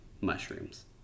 mushrooms